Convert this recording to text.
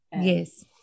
yes